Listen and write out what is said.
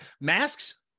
Masks